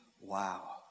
wow